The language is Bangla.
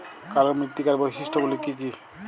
কালো মৃত্তিকার বৈশিষ্ট্য গুলি কি কি?